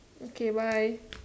okay bye